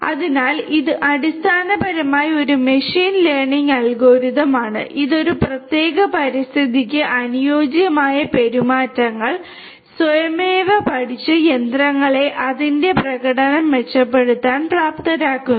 അതിനാൽ ഇത് അടിസ്ഥാനപരമായി ഒരു മെഷീൻ ലേണിംഗ് അൽഗോരിതം ആണ് ഇത് ഒരു പ്രത്യേക പരിതസ്ഥിതിക്ക് അനുയോജ്യമായ പെരുമാറ്റങ്ങൾ സ്വയമേവ പഠിച്ച് യന്ത്രങ്ങളെ അതിന്റെ പ്രകടനം മെച്ചപ്പെടുത്താൻ പ്രാപ്തരാക്കുന്നു